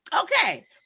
okay